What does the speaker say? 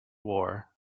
war